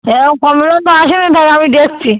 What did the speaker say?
এরম কমপ্লেন তো আসে নি তাহলে আমি দেখছি